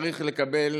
הם צריכים לקבל